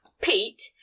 Pete